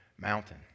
Mountain